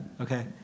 Okay